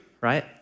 right